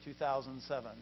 2007